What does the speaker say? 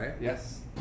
Yes